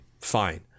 fine